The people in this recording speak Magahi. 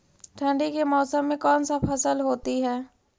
ठंडी के मौसम में कौन सा फसल होती है?